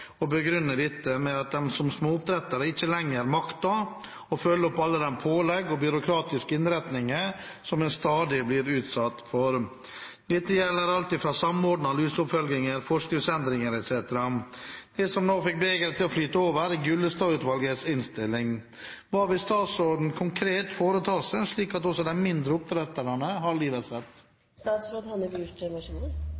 og begrunner dette med at de som småoppdrettere ikke lenger makter å følge opp alle de pålegg og byråkratiske innretninger som en stadig blir utsatt for. Dette gjelder alt fra samordna luseoppfølginger, forskriftsendringer etc. Det som nå fikk begeret til å flyte over, er Gullestad-utvalgets innstilling. Hva vil statsråden konkret foreta seg slik at også de mindre oppdretterne har livets